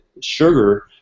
sugar